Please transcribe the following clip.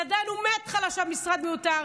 ידענו מההתחלה שהמשרד מיותר,